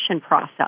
process